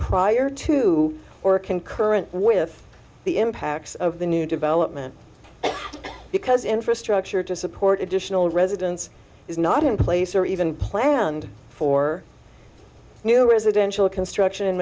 prior to or concurrent with the impacts of the new development because infrastructure to support additional residence is not in place or even planned for new residential construction